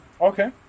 Okay